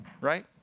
right